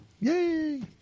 Yay